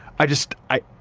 i just i,